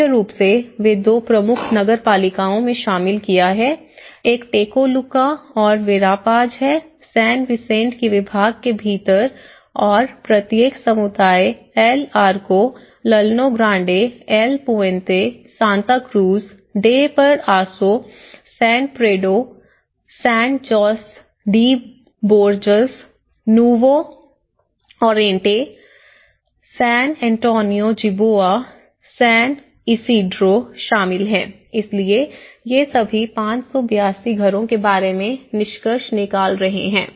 मुख्य रूप से वे दो प्रमुख नगर पालिकाओं में शामिल किया है एक टेकोलुक्का और वेरापाज है सैन विसेंट की विभाग के भीतर और प्रत्येक समुदाय एल आर्कोलल्नो Grande El Puente Santa Cruz de Paraiso San Pedro सैंड Jose de Borjas Nuevo Oriente San Antonio Jiboa San Isidro शामिल है इसलिए ये सभी 582 घरों के बारे में निष्कर्ष निकाल रहे हैं